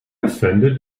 offended